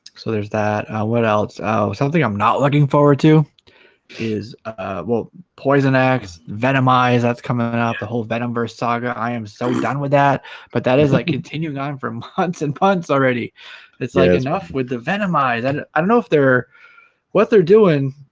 so there's that what else oh something i'm not looking forward to is well poison acts venom eyes that's coming and out the whole venom verse saga i am so done with that but that is like continuing on from hunts and puns already it's enough with the venom eyes and i don't know if they're what they're doing